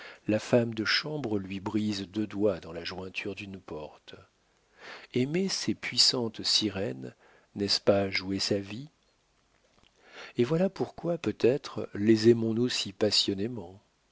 la femme de chambre lui brise les deux doigts dans la jointure d'une porte aimer ces puissantes sirènes n'est-ce pas jouer sa vie et voilà pourquoi peut-être les aimons-nous si passionnément